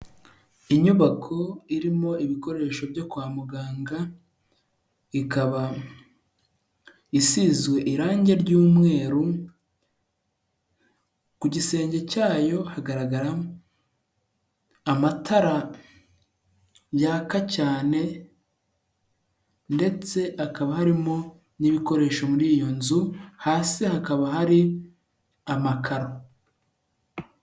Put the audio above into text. Inyubako irimo ibikoresho byo kwa muganga ikaba isizwe irangi ry'umweru, ku gisenge cyayo hagaragara amatara yaka cyane ndetse hakaba harimo n'ibikoresho muri iyo nzu, hasi hakaba hari amakararo.